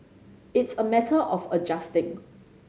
it's a matter of adjusting